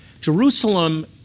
Jerusalem